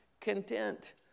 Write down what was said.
content